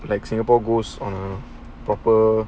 like singapore goes on a proper